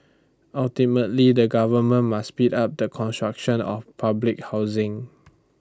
ultimately the government must speed up the construction of public housing